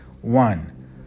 One